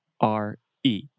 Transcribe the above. R-E